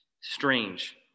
Strange